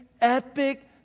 epic